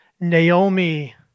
Naomi